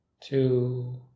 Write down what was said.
two